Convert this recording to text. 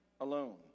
alone